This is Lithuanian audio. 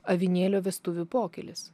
avinėlio vestuvių pokylis